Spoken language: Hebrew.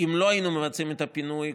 אם לא היינו מבצעים את הפינוי,